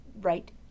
right